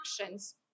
actions